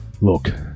look